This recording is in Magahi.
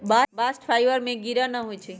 बास्ट फाइबर में गिरह न होई छै